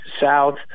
south